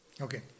Okay